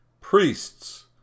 priests